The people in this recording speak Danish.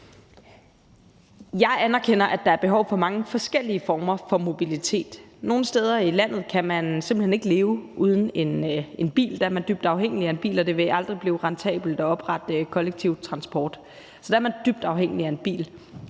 Jeg anerkender, at der er behov for mange forskellige former for mobilitet. Nogle steder i landet kan man simpelt hen ikke leve uden en bil – der er man dybt afhængig af en bil – og det vil aldrig blive rentabelt at oprette kollektiv transport. Så der er man dybt afhængig af en bil.